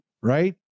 right